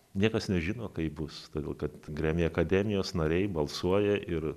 niekas nežino kaip bus todėl kad grammy akademijos nariai balsuoja ir